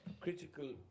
critical